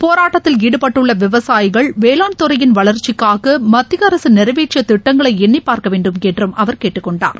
போராட்டத்தில் ஈடுபட்டுள்ள விவசாயிகள் வேளாண் துறையின் வளர்ச்சிக்காக மத்திய அரசு நிறைவேற்றிய திட்டங்களை எண்ணிப் பார்க்க வேண்டும் என்றும் அவர் கேட்டுக் கொண்டார்